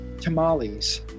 tamales